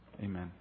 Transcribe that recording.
Amen